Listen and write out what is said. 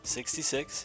Sixty-six